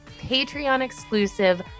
Patreon-exclusive